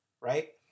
Right